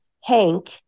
hank